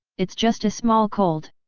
it's just a small cold!